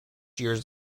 years